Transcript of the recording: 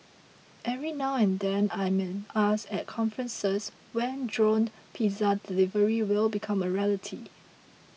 every now and then I am asked at conferences when drone pizza delivery will become a reality